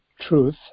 truth